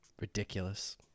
Ridiculous